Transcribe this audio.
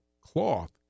cloth